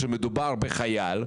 שוב אני אומר לכלל האוכלוסייה,